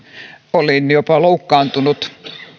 olin jopa loukkaantunut